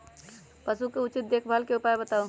पशु के उचित देखभाल के उपाय बताऊ?